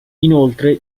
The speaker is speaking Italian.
inoltre